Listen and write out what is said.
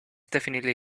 definitely